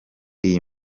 iyi